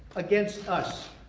against us.